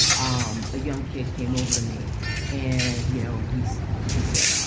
um a young kid came over to me and, you know, he's he said, um